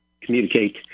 communicate